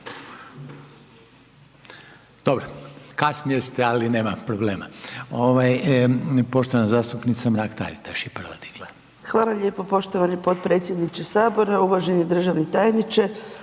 Dobro, kasnije ste ali nema problema. Poštovana zastupnica Mrak-Taritaš je prva digla. **Mrak-Taritaš, Anka (GLAS)** Hvala lijepo poštovani potpredsjedniče Sabora, uvaženi državni tajniče.